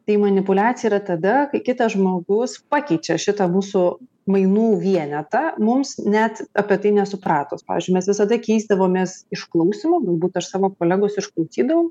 tai manipuliacija yra tada kai kitas žmogus pakeičia šitą mūsų mainų vienetą mums net apie tai nesupratus pavyzdžiui mes visada keisdavomės išklausymu galbūt aš savo kolegos išklausydavau